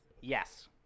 yes